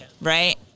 right